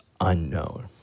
unknown